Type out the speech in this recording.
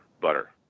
butter